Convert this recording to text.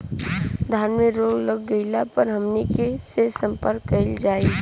धान में रोग लग गईला पर हमनी के से संपर्क कईल जाई?